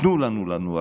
תנו לנו לנוח.